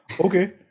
Okay